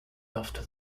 after